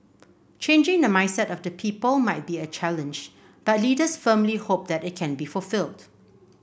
changing the mindset of the people might be a challenge but leaders firmly hope that it can be fulfilled